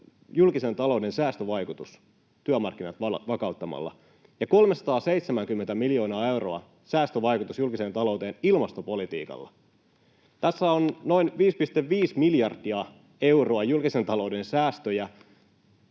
julkisen talouden säästövaikutus työmarkkinat vakauttamalla; 370 miljoonan euron säästövaikutus julkiseen talouteen ilmastopolitiikalla. Tässä on noin 5,5 miljardia euroa julkisen talouden säästöjä